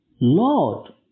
Lord